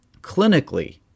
Clinically